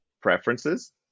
preferences